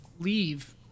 leave